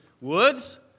Woods